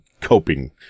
coping